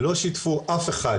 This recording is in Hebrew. לא שיתפו אף אחד.